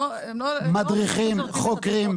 מדריכים, חוקרים.